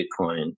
Bitcoin